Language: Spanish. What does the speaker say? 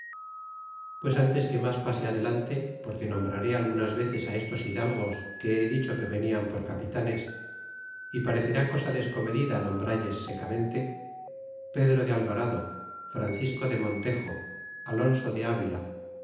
pues ntes que mas pase adelante porque nombraré algunas veces estos hidalgos que he dicho que venian por capitanes y parecerá cosa descomedida nombralles secamente pedro de alvarado francisco de montejo alonso de avila